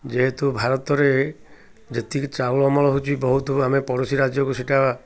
ଯେହେତୁ ଭାରତରେ ଯେତିକି ଚାଉଳ ଅମଳ ହେଉଛି ବହୁତ ଆମେ ପଡ଼ୋଶୀ ରାଜ୍ୟକୁ ସେଇଟା